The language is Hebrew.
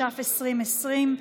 התש"ף 2020,